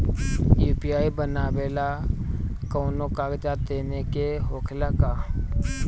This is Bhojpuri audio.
यू.पी.आई बनावेला कौनो कागजात देवे के होखेला का?